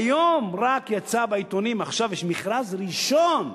היום רק יצא בעיתונים, ועכשיו יש מכרז ראשון,